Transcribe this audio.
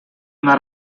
una